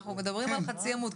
אנחנו מדברים על חצי עמוד.